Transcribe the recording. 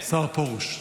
השר פרוש נמצא.